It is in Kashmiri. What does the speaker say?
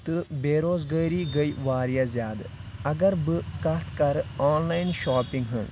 تہٕ بے روزگٲری گٔے واریاہ زیادٕ اگر بہٕ کتھ کرٕ آنلاین شاپنگ ہٕنٛز